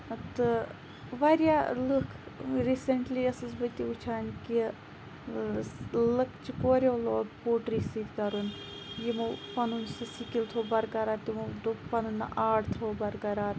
تہٕ واریاہ لُکھ ریٖسنٛٹلی ٲسٕس بٕتہِ وٕچھان کہِ لُکھ چھِ کوریٚو لوگ پوٹری سۭتۍ کَرُن یِمو پَنُن سُہ سِکِل تھوو بَرقَرار تِمو دوٚپ پَنُن آٹ تھوو بَرقَرار